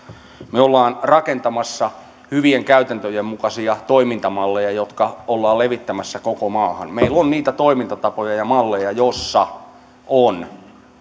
me olemme rakentamassa hyvien käytäntöjen mukaisia toimintamalleja jotka ollaan levittämässä koko maahan meillä on niitä toimintatapoja ja malleja joissa on